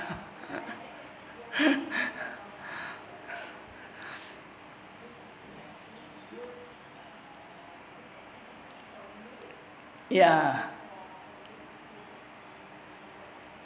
ya